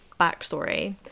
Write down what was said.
backstory